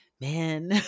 man